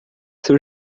seu